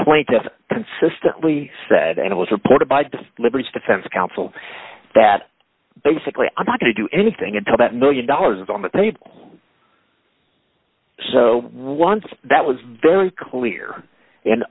plaintiffs consistently said and it was reported by the liberals defense counsel that basically i'm not going to do anything until that one million dollars is on the table so once that was very clear and